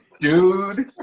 dude